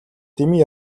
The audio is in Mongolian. дэмий